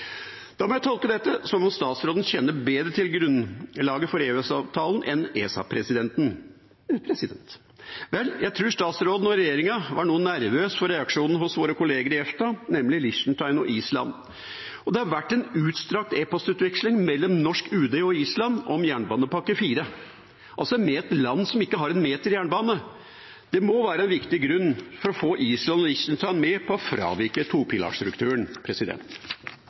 tolke dette som at statsråden kjenner bedre til grunnlaget for EØS-avtalen enn ESA-presidenten. Jeg tror statsråden og regjeringa var noe nervøs for reaksjonen hos våre kollegaer i EFTA, nemlig Liechtenstein og Island. Det har vært en utstrakt e-postutveksling mellom Utenriksdepartementet og Island om fjerde jernbanepakke, altså med et land som ikke har en meter jernbane. Det må være en viktig grunn for å få Island og Liechtenstein med på å fravike topilarstrukturen.